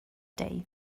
day